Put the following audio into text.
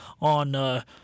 on –